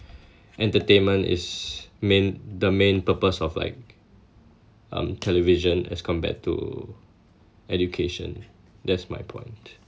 entertainment is main the main purpose of like um television as compared to education that's my point